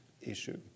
issue